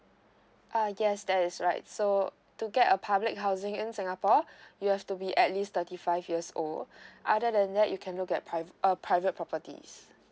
uh yes that's right so to get a public housing in singapore you have to be at least thirty five years old other than that you can look at priv~ a private properties